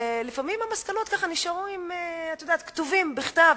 אבל לפעמים המסקנות נשארות כתובות, בכתב.